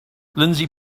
lindsey